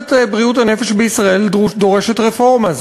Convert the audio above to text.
מערכת בריאות הנפש בישראל דורשת רפורמה.